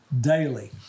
daily